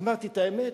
אמרתי: את האמת,